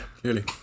clearly